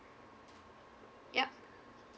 ya